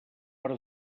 per